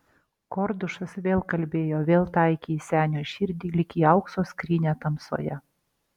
kordušas vėl kalbėjo vėl taikė į senio širdį lyg į aukso skrynią tamsoje